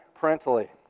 parentally